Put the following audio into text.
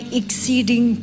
exceeding